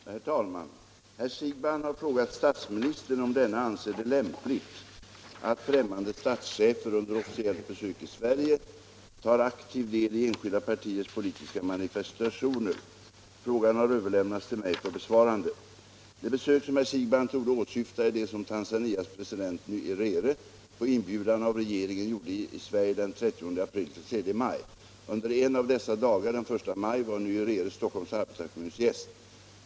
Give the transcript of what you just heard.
Herr talman! Herr Siegbahn har frågat statsministern om denne anser det lämpligt att främmande statschefer under officiellt besök i Sverige tar aktiv del i enskilda partiers politiska manifestationer. Frågan har överlämnats till mig för besvarande. Det besök som herr Siegbahn torde åsyfta är det som Tanzanias president Nyerere på inbjudan av regeringen gjorde i Sverige den 30 april-den 3 maj. Under en av dessa dagar, den 1 maj, var Nyerere Stockholms arbetarekommuns gäst.